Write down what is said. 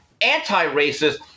anti-racist